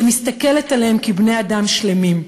שמסתכלת עליהם כעל בני-אדם שלמים.